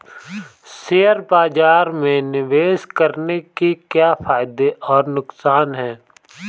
Share बाज़ार में निवेश करने के क्या फायदे और नुकसान हैं?